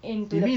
into the